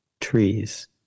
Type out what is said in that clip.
trees